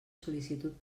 sol·licitud